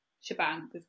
shebang